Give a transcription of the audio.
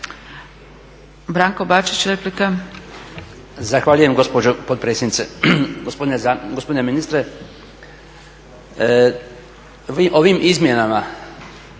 Branko Bačić replika.